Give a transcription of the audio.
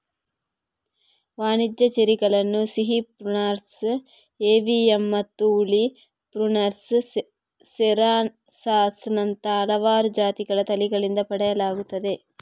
ವಾಣಿಜ್ಯ ಚೆರ್ರಿಗಳನ್ನು ಸಿಹಿ ಪ್ರುನಸ್ ಏವಿಯಮ್ಮತ್ತು ಹುಳಿ ಪ್ರುನಸ್ ಸೆರಾಸಸ್ ನಂತಹ ಹಲವಾರು ಜಾತಿಗಳ ತಳಿಗಳಿಂದ ಪಡೆಯಲಾಗುತ್ತದೆ